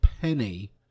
penny